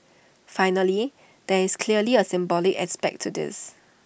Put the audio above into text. finally there is clearly A symbolic aspect to this